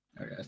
Okay